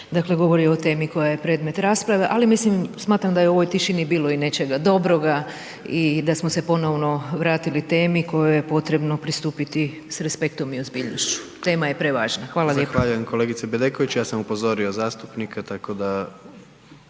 dakle govorio o temi koja je predmet rasprave, ali mislim smatram da je u ovoj tišini bilo i nečega dobroga i da smo se ponovno vratili temi kojoj je potrebno pristupiti s respektom i ozbiljnošću. Tema je prevažna. **Jandroković, Gordan (HDZ)** Zahvaljujem kolegici Bedeković, ja sam upozorio zastupnika, tako da,